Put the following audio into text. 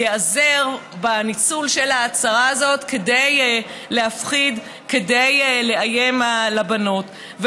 ייעזר בניצול של ההצהרה הזאת כדי להפחיד וכדי לאיים על הבנות.